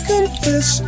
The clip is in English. Confess